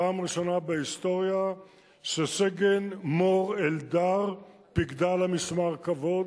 פעם ראשונה בהיסטוריה שסגן מור אלדר פיקדה על משמר הכבוד,